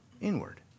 inward